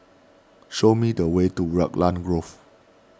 show me the way to Raglan Grove